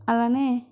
అలానే